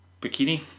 bikini